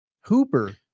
Hooper